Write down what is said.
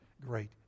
great